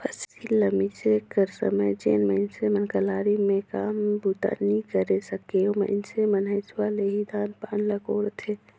फसिल ल मिसे कर समे जेन मइनसे मन कलारी मे काम बूता नी करे सके, ओ मइनसे मन हेसुवा ले ही धान पान ल कोड़थे